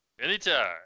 anytime